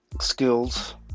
skills